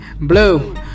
blue